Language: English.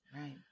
Right